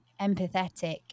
empathetic